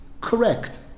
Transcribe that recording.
correct